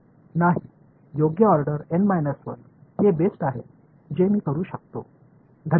முடியாது இல்லையா நான் கூறியவற்றில் மிக சிறந்தது N 1